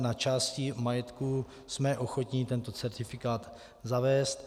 Na části majetku jsme ochotni tento certifikát zavést.